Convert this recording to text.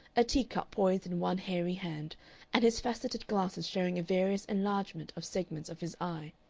a tea-cup poised in one hairy hand and his faceted glasses showing a various enlargement of segments of his eye.